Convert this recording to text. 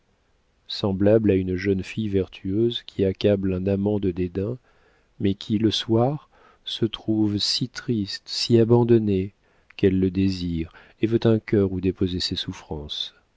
semblable à une jeune fille vertueuse qui accable un amant de dédains mais qui le soir se trouve si triste si abandonnée qu'elle le désire et veut un cœur où déposer ses souffrances